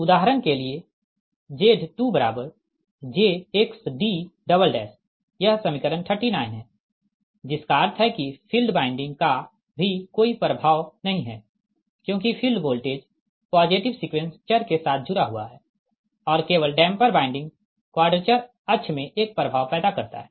उदाहरण के लिए Z2jXd यह समीकरण 39 है जिसका अर्थ है कि फील्ड वाइंडिंग का भी कोई प्रभाव नहीं है क्योंकि फील्ड वोल्टेज पॉजिटिव सीक्वेंस चर के साथ जुड़ा हुआ है और केवल डैम्पर वाइंडिंग क्वाडरेचर अक्ष में एक प्रभाव पैदा करता है